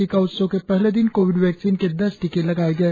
टीका उत्सव के पहले दिन कोविड वैक्सीन के दस टीके लगाए गए